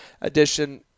edition